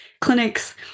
Clinics